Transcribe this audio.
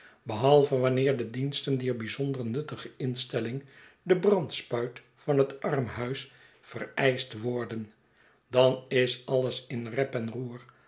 behalve wanneer de diensten dier byzonder nuttige instelling de brandspuit van het armhuis vereischt worden dan is alles in rep en roer